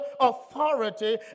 authority